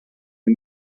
the